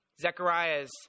Zechariah's